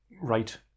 right